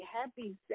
Happy